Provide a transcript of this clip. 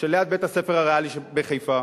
שליד בית-הספר "הריאלי" בחיפה,